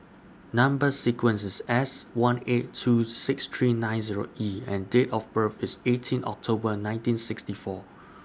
Number sequence IS S one eight two six three nine Zero E and Date of birth IS eighteen October nineteen sixty four